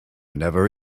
never